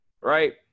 right